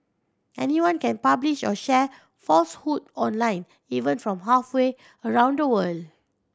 anyone can publish or share falsehood online even from halfway around the world